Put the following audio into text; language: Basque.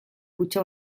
kutxa